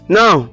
now